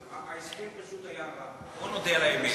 ההסכם פשוט היה רע, בוא נודה על האמת.